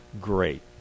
great